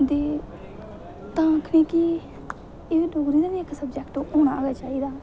ते तां आखनी कि एह् डोगरी दा बी इक सब्जैक्ट होना गै चाहिदा